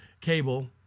Cable